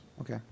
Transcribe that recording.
Okay